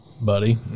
buddy